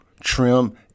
trim